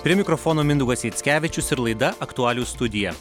prie mikrofono mindaugas jackevičius ir laida aktualijų studija